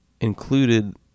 included